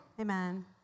Amen